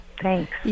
Thanks